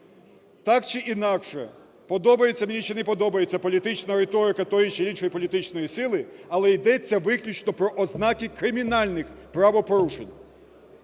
Так чи інакше, подобається мені чи не подобається політична риторика тої чи іншої політичної сили, але йдеться виключно про ознаки кримінальних правопорушень.